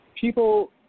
People